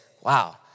wow